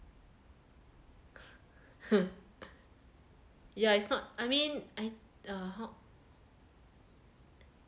ha yeah it's not I mean I err how